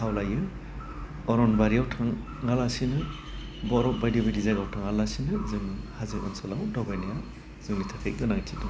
खावलायो अरन बारियाव थाङालासिनो बरफ बायदि बायदि जायगायाव थाङालासिनो जों हाजो ओनसोलाव दावबायनाया जोंनि थाखाय गोनांथि दङ